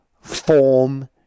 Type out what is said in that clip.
form